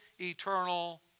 eternal